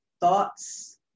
thoughts